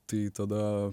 tai tada